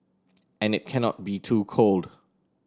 and it cannot be too cold